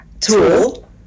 tool